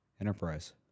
enterprise